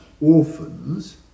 orphans